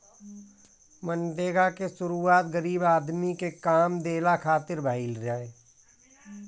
मनरेगा के शुरुआत गरीब आदमी के काम देहला खातिर भइल रहे